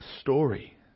story